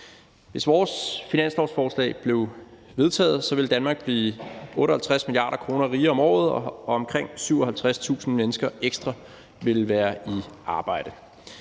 Hvis vores finanslovsforslag blev vedtaget, ville Danmark blive 58 mia. kr. rigere om året, og omkring 57.000 mennesker ekstra ville være i arbejde.